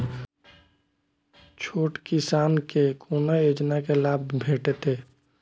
छोट किसान के कोना योजना के लाभ भेटते?